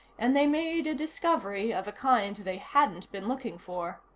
and they made a discovery of a kind they hadn't been looking for.